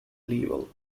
level